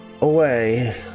away